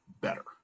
better